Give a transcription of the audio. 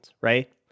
right